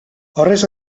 horrez